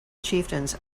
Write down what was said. chieftains